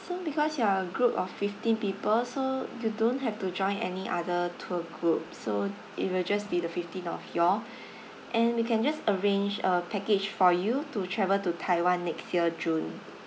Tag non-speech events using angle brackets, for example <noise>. so because you are a group of fifteen people so you don't have to join any other tour group so it will just be the fifteen of you all <breath> and we can just arrange a package for you to travel to taiwan next year june